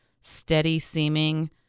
steady-seeming